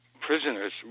prisoners